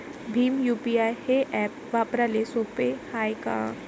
Bhim UPI हे app वापराले सोपे हाय का?